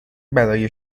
برای